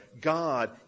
God